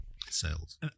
sales